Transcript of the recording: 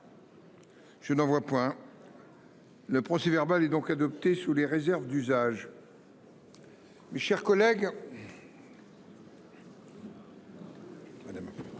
Je n'en vois point. Le procès verbal est donc adopté sous les réserves d'usage. Mes chers collègues.